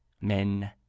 men—